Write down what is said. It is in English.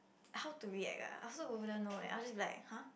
how to react ah I also wouldn't know eh I'll just be like !huh!